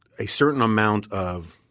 a certain amount of,